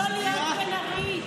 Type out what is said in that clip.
אני לא ליאת בן ארי.